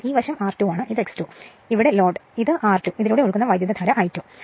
ഈ വശം R2 ആണ് ഇത് X2 ആണ് ഇവിടെ ലോഡ് ഉണ്ട് ഇതാണ് R2 ഇതിലൂടെ ഒഴുകുന്ന വൈദ്യുതധാര I2 ആണ്